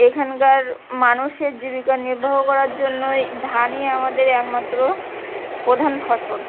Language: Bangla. এখানকার মানুষের জীবিকা নিৰ্বাহ করার জন্য এই ধানই আমাদের একমাত্র প্রধান ফসল